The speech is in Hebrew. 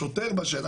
השוטר בשטח,